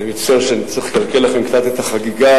אני מצטער שאני צריך לקלקל לכם קצת את החגיגה